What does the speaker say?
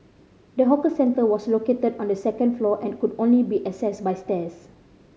the hawker centre was located on the second floor and could only be accessed by stairs